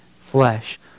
flesh